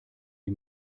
die